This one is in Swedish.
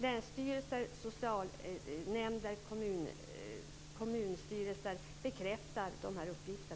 Länsstyrelser, socialnämnder och kommunstyrelser bekräftar dessa uppgifter.